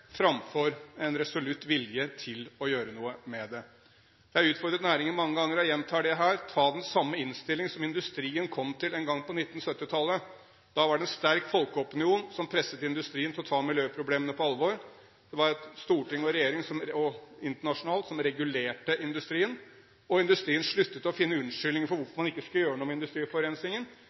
framfor en resolutt vilje til å gjøre noe med det. Jeg har utfordret næringen mange ganger, og jeg gjentar det her: Ta den samme innstillingen som industrien kom til en gang på 1970-tallet. Da var det en sterk folkeopinion som presset industrien til å ta miljøproblemene på alvor. Det var et storting og en regjering – og internasjonalt – som regulerte industrien. Industrien sluttet å finne unnskyldninger for hvorfor man ikke skulle gjøre noe med industriforurensningen,